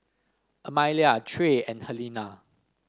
Amalia Trey and Helena